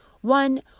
One